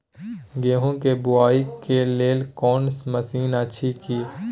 गेहूँ के बुआई के लेल कोनो मसीन अछि की?